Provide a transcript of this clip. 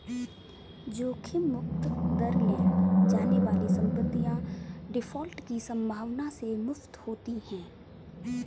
जोखिम मुक्त दर ले जाने वाली संपत्तियाँ डिफ़ॉल्ट की संभावना से मुक्त होती हैं